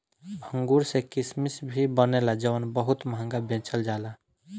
अंगूर से किसमिश भी बनेला जवन बहुत महंगा बेचल जाला